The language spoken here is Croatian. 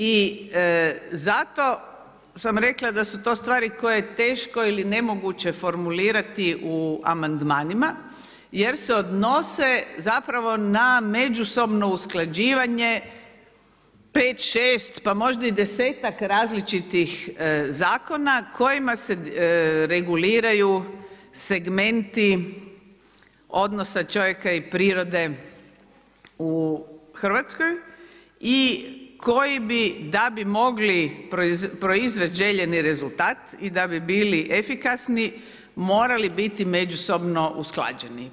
I zato sam rekla da su to stvari koje je teško ili nemoguće formulirati u amandmanima jer se odnose na međusobno usklađivanje pet, šest, pa možda i desetak različitih zakona kojima se reguliraju segmenti odnosa čovjeka i prirode u Hrvatskoj i koji bi da bi mogli proizvest željeni rezultat i da bi bili efikasni morali biti međusobno usklađeni.